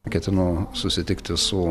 ketinu susitikti su